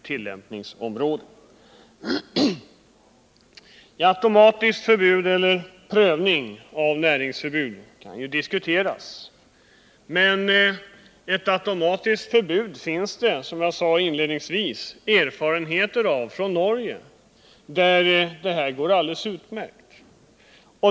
Frågan om automatiskt näringsförbud eller särskild prövning diskuteras i betänkandet, och det finns som tidigare framhållits erfarenheter från Norge av en tillämpning av automatiskt näringsförbud, och där fungerar detta system alldeles utmärkt.